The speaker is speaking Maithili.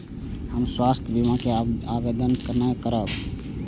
हम स्वास्थ्य बीमा के आवेदन केना करब?